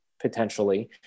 potentially